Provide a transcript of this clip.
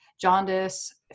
jaundice